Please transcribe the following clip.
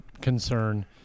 concern